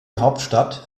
hauptstadt